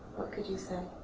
what could you say?